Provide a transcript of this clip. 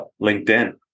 linkedin